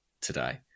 today